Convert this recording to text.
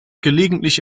gelegentlich